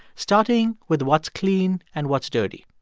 starting with what's clean and what's dirty.